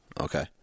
Okay